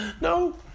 no